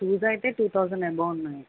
shoes అయితే ట thousand above ఉన్నాయి